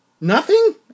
Nothing